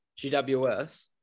GWS